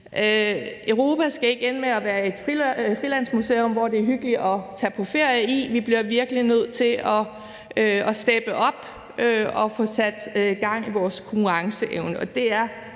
Europa skal ikke ende med at være et frilandsmuseum, som det er hyggeligt at tage på ferie i. Vi bliver virkelig nødt til at steppe op og få sat gang i vores konkurrenceevne,